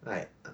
like